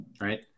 right